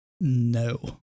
no